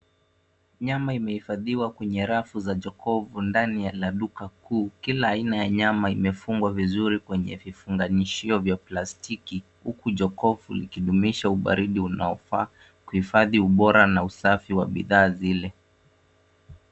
Nyama imehifadhiwa kwenye rafu za jokofu ndani ya duka kubwa. Kila aina ya nyama imefungwa vizuri kwenye vifungashio vya plastiki. Jokofu hudumisha ubaridi unaosaidia kuhifadhi ubora na usafi wa bidhaa zile.